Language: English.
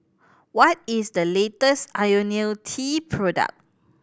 what is the latest Ionil T product